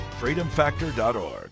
Freedomfactor.org